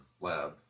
lab